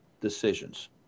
decisions